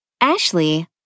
Ashley